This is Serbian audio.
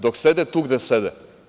Dok sede tu gde sede.